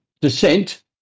descent